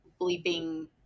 bleeping